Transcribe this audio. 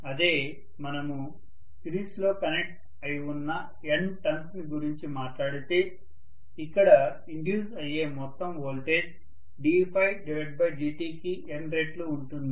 అదే మనము సిరీస్ లో కనెక్ట్ అయి ఉన్న n టర్న్స్ ని గురించి మాట్లాడితే ఇక్కడ ఇండ్యూస్ అయ్యే మొత్తం వోల్టేజ్ ddtకి n రెట్లు ఉంటుంది